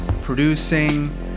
producing